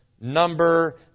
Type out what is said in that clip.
number